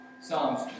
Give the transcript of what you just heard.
Psalms